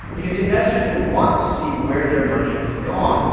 because investors will want to see where their money has gone.